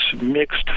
mixed